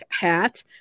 hat